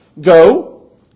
Go